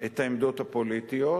את העמדות הפוליטיות